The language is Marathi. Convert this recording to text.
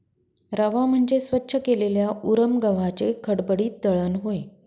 रवा म्हणजे स्वच्छ केलेल्या उरम गव्हाचे खडबडीत दळण होय